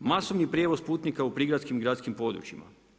Masovni prijevoz putnika u prigradskim i gradskim područjima.